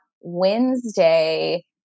Wednesday